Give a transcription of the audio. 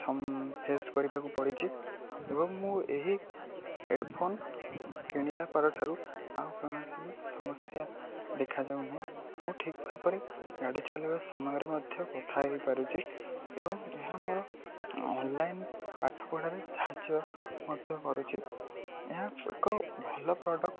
face କରିବାକୁ ପଡ଼ିଛି ଏବଂ ମୁଁ ଏହି ହେଡ଼ଫୋନ୍ କିଣିଲାପରେ ଠାରୁ ଆଉ କୌଣସି ବି ସମସ୍ୟା ଦେଖାଯାଉ ନାହିଁ ମୁଁ ଠିକ୍ ଭାବରେ ଗାଡ଼ି ଚଲେଇବା ସମୟରେ ମଧ୍ୟ କଥା ହେଇପାରୁଛି ଏବଂ ଏହା ମୋର ଅନଲାଇନ୍ ପାଠ ପଢ଼ାରେ ସାହାଯ୍ୟ ମଧ୍ୟ କରୁଛି ଏହା ଏକ ଭଲ ପ୍ରଡ଼କ୍ଟ